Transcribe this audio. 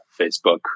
Facebook